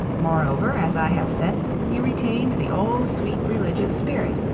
moreover, as i have said, he retained the old sweet religious spirit,